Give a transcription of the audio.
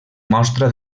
mostra